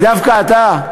איציק, דווקא אתה?